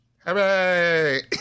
Hooray